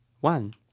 one